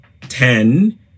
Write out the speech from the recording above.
ten